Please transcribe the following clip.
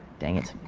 dang it.